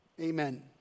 Amen